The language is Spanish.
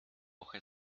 hoja